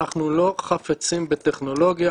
אנחנו לא חפצים בטכנולוגיה,